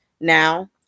now